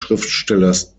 schriftstellers